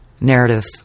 narrative